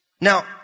Now